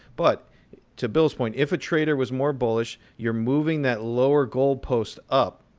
but to bill's point, if a trader was more bullish, you're moving that lower goalpost up.